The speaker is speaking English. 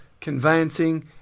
conveyancing